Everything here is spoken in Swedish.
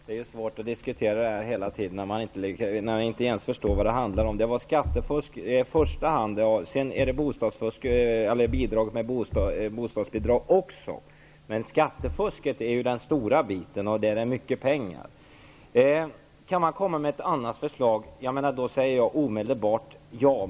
Herr talman! Det är svårt att diskutera, när ni inte ens förstår vad det handlar om. Det är skattefusk i första hand, och sedan är det fusk med bostadsbidrag också, men skattefusket är den stora biten där det är fråga om mycket pengar. Kan man komma med ett annat förslag, då säger jag omedelbart ja.